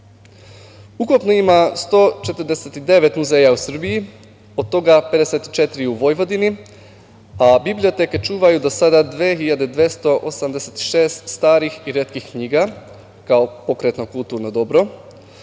ima 149 muzeja u Srbiji, od toga 54 u Vojvodini, a biblioteke čuvaju do sada 2.286 starih i retkih knjiga, kao pokretno kulturno dobro.